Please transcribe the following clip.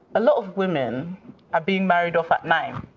a lot of women are being married off at nine,